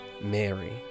Mary